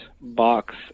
box